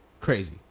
Crazy